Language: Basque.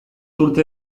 urte